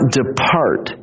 depart